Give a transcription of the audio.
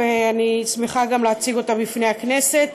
ואני שמחה גם להציג אותה לפני הכנסת